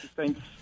Thanks